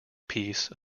piece